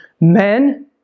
Men